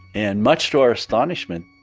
and much to our astonishment,